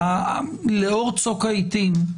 לאור צוק העיתים,